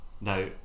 now